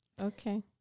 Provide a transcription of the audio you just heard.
Okay